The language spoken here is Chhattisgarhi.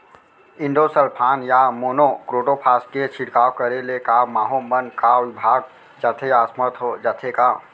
इंडोसल्फान या मोनो क्रोटोफास के छिड़काव करे ले क माहो मन का विभाग जाथे या असमर्थ जाथे का?